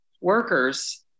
workers